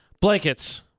blankets